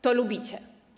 To lubicie.